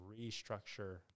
restructure